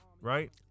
right